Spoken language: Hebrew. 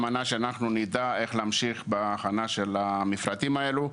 על מנת שנדע איך להמשיך בהכנת המפרטים האלו.